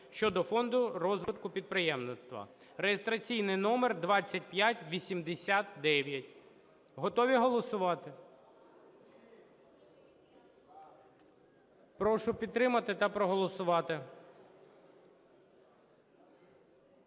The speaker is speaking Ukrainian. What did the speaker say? щодо Фонду розвитку підприємництва (реєстраційний номер 2589). Готові голосувати? Прошу підтримати та проголосувати.